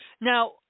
Now